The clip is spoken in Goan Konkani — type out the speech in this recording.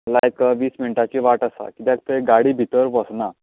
लायक वीस मिंटाची वाट आसा कित्याक थंय गाडी भितर वसना